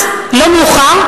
אז לא מאוחר,